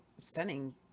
stunning